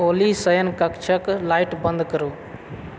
ओली शयन कक्षक लाइट बंद करू